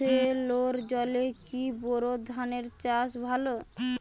সেলোর জলে কি বোর ধানের চাষ ভালো?